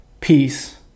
peace